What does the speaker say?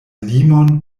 limon